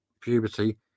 puberty